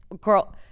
girl